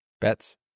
Bets